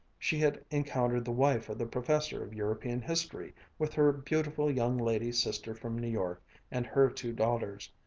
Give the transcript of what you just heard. she had encountered the wife of the professor of european history with her beautiful young-lady sister from new york and her two daughters,